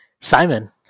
Simon